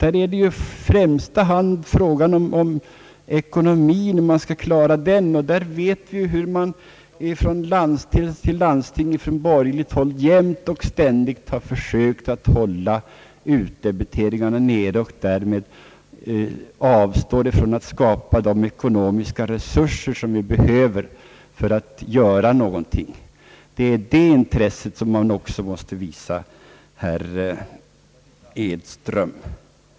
Här har det i första hand varit fråga om ekonomin, och vi vet ju hur det från borgerligt håll från landsting till landsting jämt och ständigt skett försök att hålla utdebiteringarna nere och att därmed avstå från att skapa de ekonomiska resurser som behövs för att åstadkomma någonting. Det är det intresset som också måste visas, herr Edström.